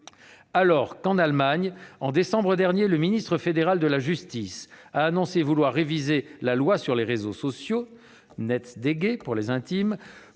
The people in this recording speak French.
! En Allemagne, en décembre dernier, le ministre fédéral de la justice a annoncé vouloir réviser la loi relative aux réseaux sociaux, loi NetzDG, pour les intimes,